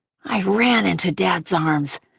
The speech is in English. i ran into dad's arms,